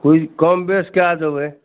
किछु कम बेस कए देबै